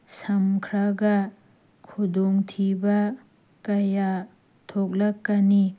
ꯁꯝꯈ꯭ꯔꯒ ꯈꯨꯗꯣꯡ ꯊꯤꯕ ꯀꯌꯥ ꯊꯣꯛꯂꯛꯀꯅꯤ